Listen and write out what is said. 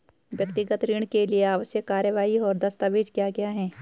व्यक्तिगत ऋण के लिए आवश्यक कार्यवाही और दस्तावेज़ क्या क्या हैं?